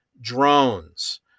Drones